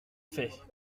fait